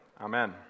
Amen